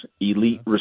elite